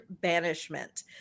banishment